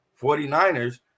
49ers